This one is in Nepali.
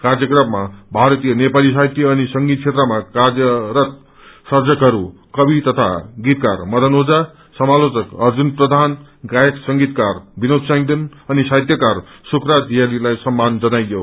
कायक्रममा भारतीय नेपाली साहित्य अनि संगीत क्षेत्रमा ाकाव्र गरिरहका सर्जकहरू कवि गीतकार मदन ओझा समालोचक अर्जुन प्रथान गायक संगीतकार विनोद स्यांगदेन अनि साहित्यकार सुकराज दियालीलाई सम्मान जनाइयो